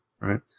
right